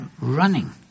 running